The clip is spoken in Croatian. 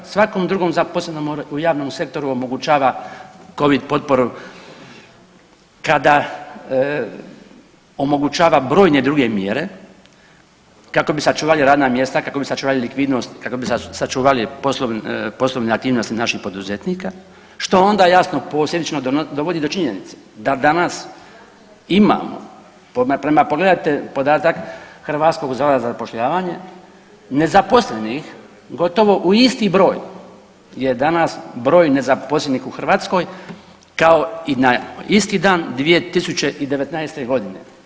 Svakom drugom zaposlenom u javnom sektoru omogućava Covid potporu kada omogućava brojne druge mjere kako bi sačuvali radna mjesta, kako bi sačuvali likvidnost, kako bi sačuvali poslovne aktivnosti naših poduzetnika što onda jasno posljedično dovodi do činjenice da danas imamo pogledajte podatak Hrvatskog zavoda za zapošljavanje nezaposlenih gotovo u isti broj je danas broj nezaposlenih u Hrvatskoj kao i na isti dan 2019. godine.